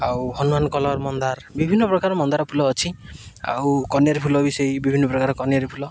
ଆଉ ହନୁମାନ କଲର୍ ମନ୍ଦାର ବିଭିନ୍ନ ପ୍ରକାର ମନ୍ଦାର ଫୁଲ ଅଛି ଆଉ କନିଅରି ଫୁଲ ବି ସେେଇ ବିଭିନ୍ନ ପ୍ରକାର କନିଅରି ଫୁଲ